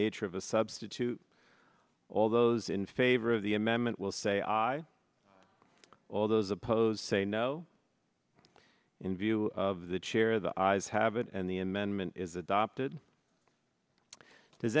nature of a substitute all those in favor of the amendment will say i all those opposed say no in view of the chair the eyes have it and the amendment is adopted does